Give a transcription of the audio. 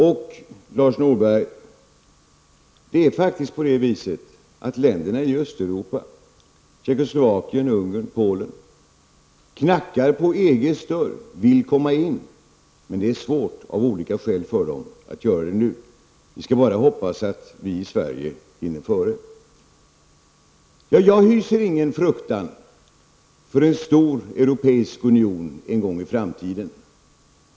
Och, Lars Norberg, det är faktiskt på det viset att länderna i Östeuropa -- Tjeckoslovakien, Ungern, Polen -- knackar på EGs dörr och vill komma in, men det är av olika skäl svårt för dem att göra det nu. Vi skall bara hoppas att vi i Sverige hinner före. Jag hyser ingen fruktan för en stor europeisk union en gång i framtiden.